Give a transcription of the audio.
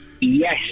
Yes